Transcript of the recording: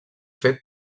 fet